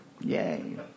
Yay